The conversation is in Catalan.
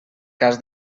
cas